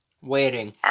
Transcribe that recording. Waiting